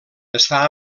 està